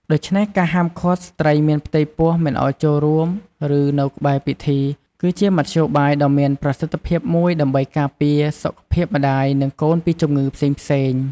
ដូច្នេះ ការហាមឃាត់ស្ត្រីមានផ្ទៃពោះមិនឲ្យចូលរួម ឬនៅក្បែរពិធី គឺជាមធ្យោបាយដ៏មានប្រសិទ្ធភាពមួយដើម្បីការពារសុខភាពម្តាយ និងកូនពីជំងឺផ្សេងៗ។